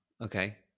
okay